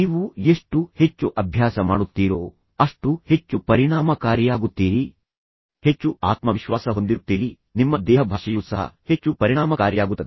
ನೀವು ಎಷ್ಟು ಹೆಚ್ಚು ಅಭ್ಯಾಸ ಮಾಡುತ್ತೀರೋ ಅಷ್ಟು ಹೆಚ್ಚು ಪರಿಣಾಮಕಾರಿಯಾಗುತ್ತೀರಿ ನೀವು ವಿಷಯವನ್ನು ತಲುಪಿಸುವ ಬಗ್ಗೆ ಹೆಚ್ಚು ಆತ್ಮವಿಶ್ವಾಸ ಹೊಂದಿರುತ್ತೀರಿ ನಿಮ್ಮ ದೇಹಭಾಷೆಯೂ ಸಹ ಹೆಚ್ಚು ಪರಿಣಾಮಕಾರಿಯಾಗುತ್ತದೆ